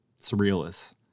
surrealists